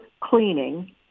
cleaning